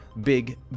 big